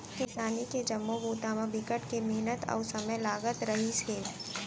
किसानी के जम्मो बूता म बिकट के मिहनत अउ समे लगत रहिस हे